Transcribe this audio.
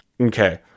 Okay